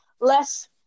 less